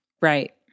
Right